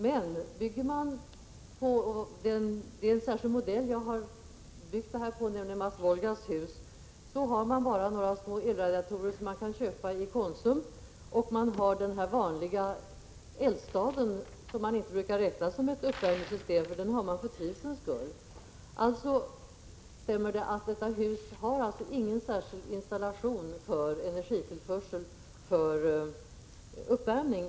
Men bygger man enligt den modell jag har tittat på, nämligen Mats Wolgasts hus, behöver man bara några små elradiatorer som kan köpas i Konsum och den vanliga eldstaden, som inte brukar räknas som ett uppvärmningssystem eftersom man har den för trivselns skull. Alltså stämmer det att detta hus inte har någon särskild installation för energitillförsel för uppvärmning.